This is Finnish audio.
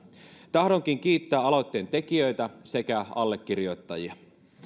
tahdonkin kiittää aloitteen tekijöitä sekä allekirjoittajia